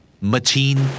Machine